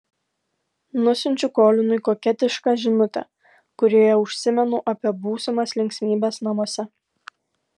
nusiunčiu kolinui koketišką žinutę kurioje užsimenu apie būsimas linksmybes namuose